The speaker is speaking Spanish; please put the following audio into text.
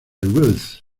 ruth